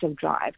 drive